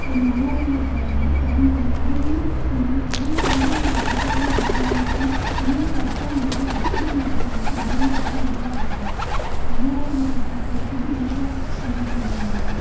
கொஞ்சம் நல்லாவே இல்லை சார் சாம் இது வடையும் வெளி வெளியில் வந்து அரை கலரில் வெந்தமாதிரி இருக்குது உள்ளே சாப்பிட்டா மாவு அப்படியே மாவு சார் எது எல்லாமே அப்படி மாவாக இருக்குது சார் நல்லாவே இல்லை சார் சாப்பாடு ஃபுட் என்ன சார் ப்ரொவைட் பண்றீங்க நீங்கள்